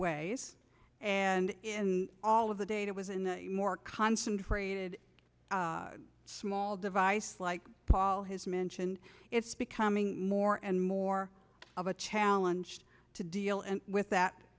ways and in all of the data was in the more concentrated small device like paul has mentioned it's becoming more and more of a challenge to deal with that